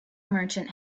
merchant